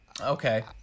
Okay